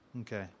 Okay